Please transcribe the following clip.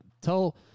tell